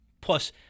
Plus